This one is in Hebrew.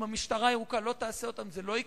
אם המשטרה הירוקה לא תעשה אותם, זה לא יקרה.